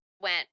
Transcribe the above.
went